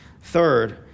Third